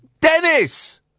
Dennis